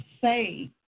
say